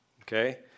okay